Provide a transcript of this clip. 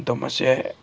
دوٚپس ہیے